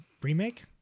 remake